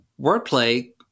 wordplay